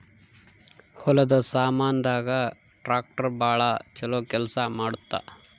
ಹೊಲದ ಸಾಮಾನ್ ದಾಗ ಟ್ರಾಕ್ಟರ್ ಬಾಳ ಚೊಲೊ ಕೇಲ್ಸ ಮಾಡುತ್ತ